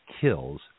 kills